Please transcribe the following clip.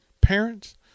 parents